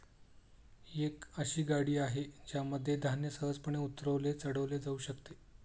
ही एक अशी गाडी आहे ज्यामध्ये धान्य सहजपणे उतरवले चढवले जाऊ शकते